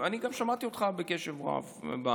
אני גם שמעתי אותך בקשב רב בדברים,